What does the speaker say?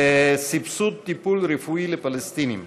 סבסוד טיפול רפואי לפלסטינים.